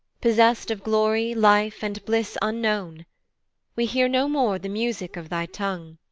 possest of glory, life, and bliss unknown we hear no more the music of thy tongue,